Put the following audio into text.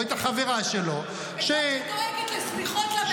או את החברה שלו ------ את זאת שדואגת לשמיכות למחבלים,